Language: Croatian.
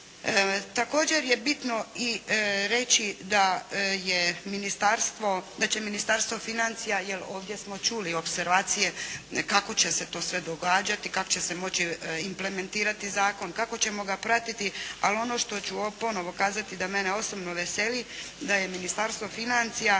Također je bitno i reći da će Ministarstvo financija jer ovdje smo čuli opservacije kako će se to sve događati, kako će se moći implementirati zakon, kako ćemo ga pratiti. Ali ono što ću ponovo kazati da mene osobno veseli da je Ministarstvo financija